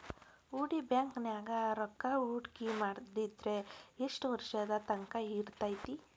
ಹೂಡಿ ಬ್ಯಾಂಕ್ ನ್ಯಾಗ್ ರೂಕ್ಕಾಹೂಡ್ಕಿ ಮಾಡಿದ್ರ ಯೆಷ್ಟ್ ವರ್ಷದ ತಂಕಾ ಇರ್ತೇತಿ?